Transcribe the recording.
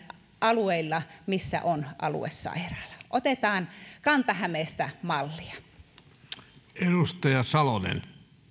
alueilla missä on aluesairaala otetaan kanta hämeestä mallia